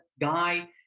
guy